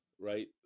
right